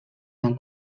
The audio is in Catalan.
van